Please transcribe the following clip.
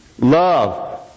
Love